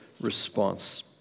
response